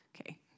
Okay